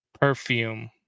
perfume